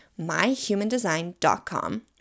myhumandesign.com